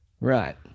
Right